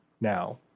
now